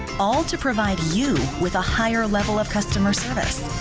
all to provide you with a higher level of customer service.